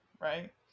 right